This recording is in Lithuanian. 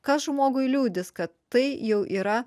kas žmogui liudys kad tai jau yra